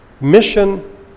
Mission